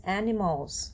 animals